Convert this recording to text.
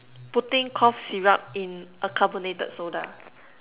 putting cough syrup in a carbonated soda